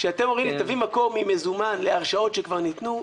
כשאתם אומרים לי: תביא מקור ממזומן להרשאות שכבר ניתנו,